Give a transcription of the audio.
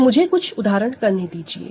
तो मुझे कुछ उदाहरण करने दीजिए